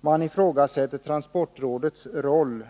Man ifrågasätter transportrådets roll.